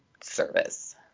service